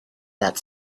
that